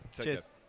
Cheers